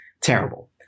Terrible